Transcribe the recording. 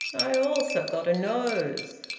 i also got a nose.